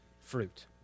fruit